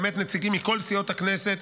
באמת נציגים מכל סיעות הכנסת,